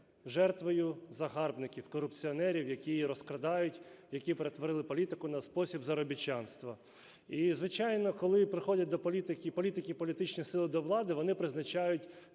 жертвою загарбників, корупціонерів, які її розкрадають, які перетворили політику на спосіб заробітчанства. І, звичайно, коли приходять до… політики і політичні сили до влади, вони призначають